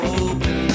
open